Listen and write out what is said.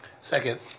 Second